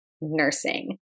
nursing